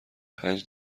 پنج